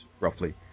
roughly